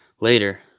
Later